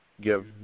give